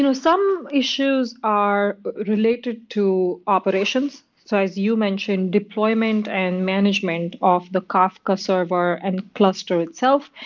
you know some issues are related to operations. so as you mentioned, deployment and management off the kafka server and cluster itself,